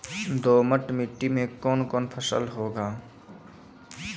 दोमट मिट्टी मे कौन कौन फसल होगा?